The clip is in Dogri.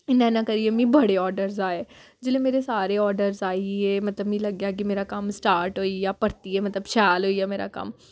इयां इ'यां करियै मिगी बड़े आर्डरस आए जेल्लै मेरे सारे आर्डरस आई गे मतलब मिगी लग्गेआ कि मेरा कम्म स्टार्ट होई गेआ परतियै मतलब शैल होई गेआ मेरा कम्म